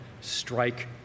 strike